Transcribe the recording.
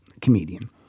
comedian